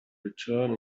return